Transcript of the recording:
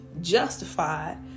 justified